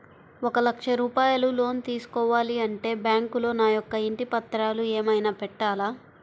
ఒక లక్ష రూపాయలు లోన్ తీసుకోవాలి అంటే బ్యాంకులో నా యొక్క ఇంటి పత్రాలు ఏమైనా పెట్టాలా?